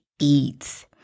eats